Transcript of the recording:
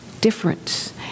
difference